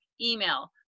email